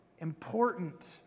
important